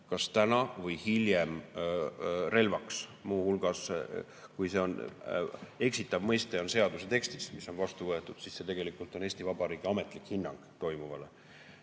kas täna või hiljem relvaks. Ja kui see eksitav mõiste on seaduse tekstis, mis on vastu võetud, siis see tegelikult on Eesti Vabariigi ametlik hinnang toimuvale.